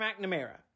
McNamara